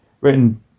written